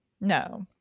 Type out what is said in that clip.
No